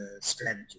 strategy